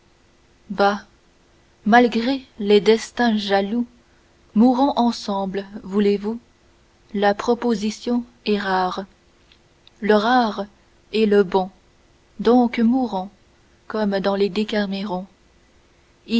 malgré les destins jaloux mourons ensemble voulez-vous la proposition est rare le rare est le bon donc mourons comme dans les